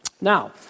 Now